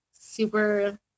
super